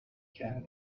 کردم